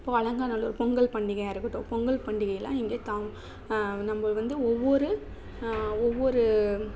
இப்போ அலங்காநல்லூர் பொங்கல் பண்டிகையாக இருக்கட்டும் பொங்கல் பண்டிகைலாம் இங்கே தா நம்ம வந்து ஒவ்வொரு ஒவ்வொரு